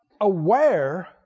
aware